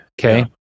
Okay